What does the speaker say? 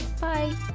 bye